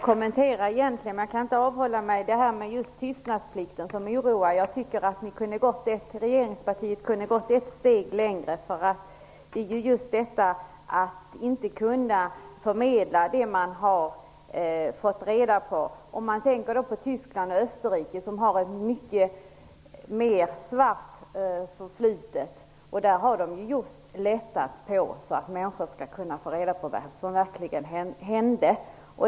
Herr talman! Jag kan inte avhålla mig från att kommentera detta med tystnadsplikten, som oroar. Regeringspartiet kunde ha gått ett steg längre. Det handlar ju om att inte kunna förmedla det man har fått reda på. I Tyskland och Österrike, som har ett betydligt svartare förflutet, har man infört lättnader så att människor skall kunna få reda på vad som verkligen hände.